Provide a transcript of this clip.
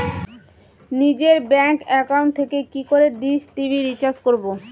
নিজের bank account থেকে কি করে ডিশ টি.ভি রিচার্জ করবো?